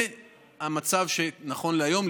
זה המצב נכון להיום,